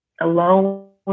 alone